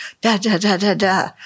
da-da-da-da-da